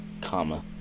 comma